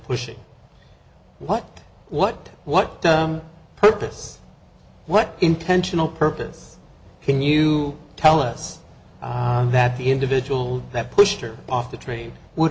pushing what what what purpose what intentional purpose can you tell us that the individual that pushed her off the train would